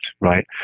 right